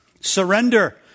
Surrender